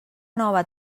nova